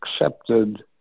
accepted